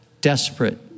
desperate